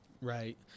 Right